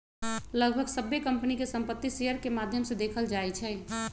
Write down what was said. लगभग सभ्भे कम्पनी के संपत्ति शेयर के माद्धम से देखल जाई छई